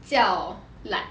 叫 like